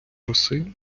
роси